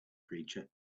creature